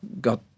got